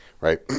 right